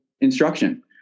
instruction